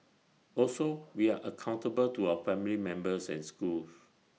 also we are accountable to our family members and school